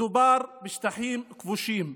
מדובר בשטחים כבושים.